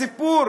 הסיפור